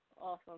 Awesome